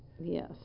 yes